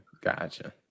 gotcha